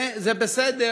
וזה בסדר,